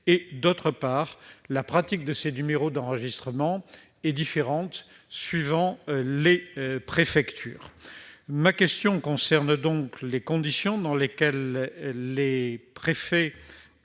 En outre, la pratique de ce numéro d'enregistrement est différente suivant les préfectures. Ma question concerne donc les conditions dans lesquelles les préfets